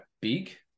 big